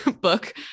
book